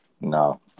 No